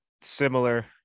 similar